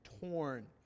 torn